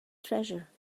treasure